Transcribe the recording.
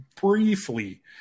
briefly